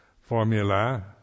formula